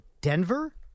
Denver